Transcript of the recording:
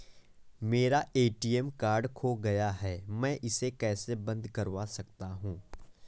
मेरा ATM card खो गया है मैं इसे कैसे बंद करवा सकता हूँ?